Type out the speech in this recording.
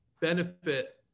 benefit